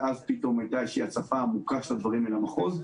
ואז פתאום הייתה הצפה עמוקה של הדברים אל המחוז.